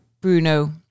Bruno